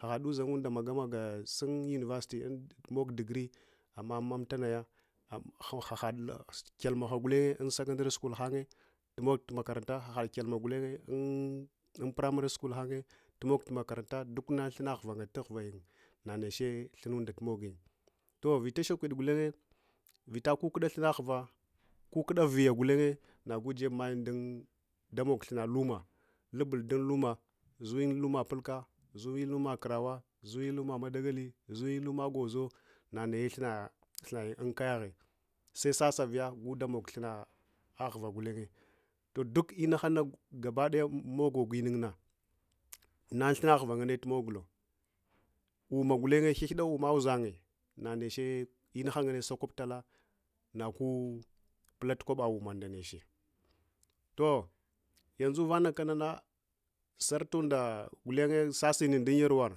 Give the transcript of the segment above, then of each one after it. Ahad uzangunae magamaga nɗaɗunɗa sun university muktu degree amma manita naya, ahaɗ kyalma gulenye un-secondary school haye tumok makaranta hanad kyalma gullenya un primary school hanye tumog makaranta duna unlunna ura ngannye tuhuvagen naneche thunnuma tumugugen toh vitashakwide gulenye vita kukuɗa thunna ghuva kukuɗa viya gulenye nagu jebmayin din ɗamok thunna luma, lubul ɗun huma zuyun luma pulka, zuyin luma kirawa zuyin luma maɗagali zuyin hima gwoza anaye thunna mogul unkayaghe. Sesasa viya nagu nɗamok thunna ghuva ngulenye toh’ duk inahana gabaɗaya magoguyim na unthunna uvaghe magogula, ummah gulenye anheheɗa umma uzanye nanech he inasakuptala nagu pulat kwaba ummah ndaneche toh’ yanzukanavana yanzu vanahamman sartunɗa gulenye sasal ndun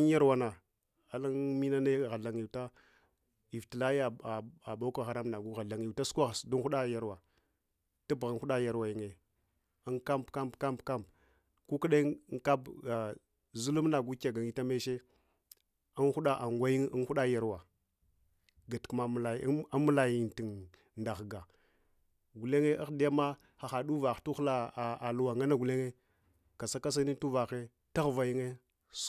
yarwana alun’inane huthan yeta, iftilaya book haram nagu huthayita sukuh ɗun huɗa jawa, kubuhun huda yarwa yungye un-kamp kukudayun zulum nagu kaya ghuth ayitornice unhuɗa anguwayin unhuda yarwa unmulai yun daghuga gulenye ahɗiya ahaɗ uvahe tuhuvala tuhulla luwa nganna gulenye kasakasayin takaha gusukon damahyga nanage lhunna yun.